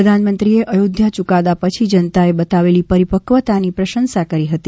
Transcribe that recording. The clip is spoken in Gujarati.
પ્રધાનમંત્રીએ અયોધ્યા યુકાદા પછી જનતાએ બતાવેલી પરિપકવતાની પ્રશંસા કરી હતી